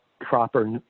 proper